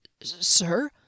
Sir